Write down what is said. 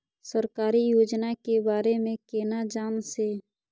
सरकारी योजना के बारे में केना जान से?